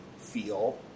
feel